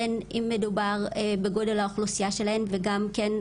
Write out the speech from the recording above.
בין אם מדובר בגודל האוכלוסייה שלהן וגם כן,